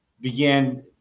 began